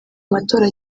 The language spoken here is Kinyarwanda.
amatora